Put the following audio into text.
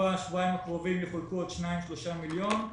שבשבוע-שבועיים הקרובים יחולקו עוד שניים-שלושה מיליון.